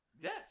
Yes